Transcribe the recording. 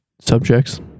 subjects